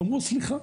אמרו סליחה,